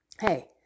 hey